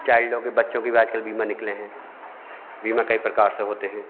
चाइल्डो की बच्चों की आजकल बीमा निकले हैं बीमा कई प्रकार से होते हैं